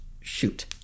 shoot